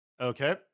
Okay